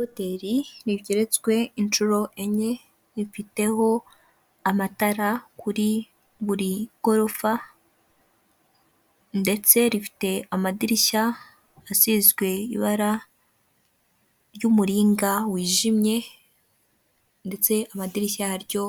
Ihoteri, rigeretsweho. inshuro enye bifiteho amatara kuri buri gorofa, ndetse rifite amadirishya ashinzwe ibara ry'umuringa wijimye ndetse amadirishya yaryo